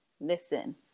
listen